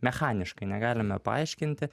mechaniškai negalime paaiškinti